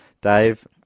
Dave